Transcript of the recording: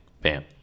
bam